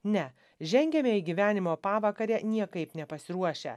ne žengiame į gyvenimo pavakarę niekaip nepasiruošę